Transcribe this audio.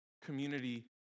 community